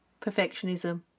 perfectionism